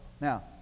Now